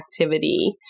activity